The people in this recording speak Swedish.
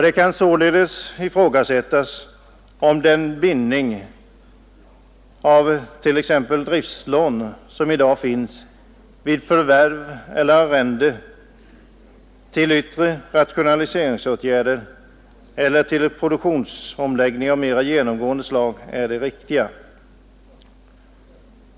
Det kan således ifrågasättas om den nuvarande bindningen vid förvärv eller arrendering till yttre rationaliseringsåtgärder eller till produktionsomläggning av mera genomgående slag är den riktiga.